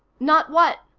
not what?